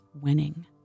winning